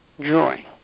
Joy